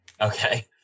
Okay